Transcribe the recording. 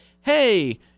hey